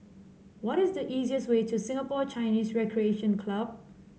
what is the easiest way to Singapore Chinese Recreation Club